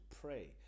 pray